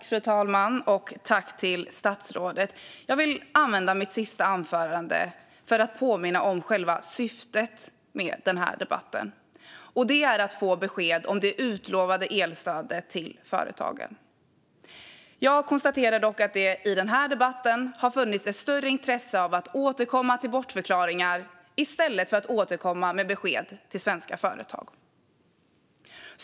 Fru talman! Jag vill använda mitt sista anförande till att påminna om själva syftet med debatten, nämligen att få besked om det utlovade elstödet till företagen. Jag konstaterar dock att det i den här debatten har funnits ett större intresse av att återkomma till bortförklaringar i stället för att återkomma med besked till svenska företag.